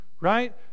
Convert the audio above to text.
right